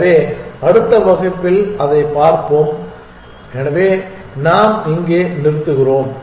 எனவே அடுத்த வகுப்பில் அதைப் பார்ப்போம் எனவே நாம் இங்கே நிறுத்துகிறோம்